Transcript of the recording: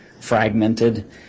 fragmented